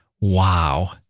Wow